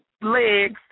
legs